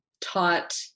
taught